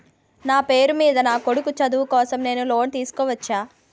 నా పేరు మీద నా కొడుకు చదువు కోసం నేను లోన్ తీసుకోవచ్చా?